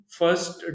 first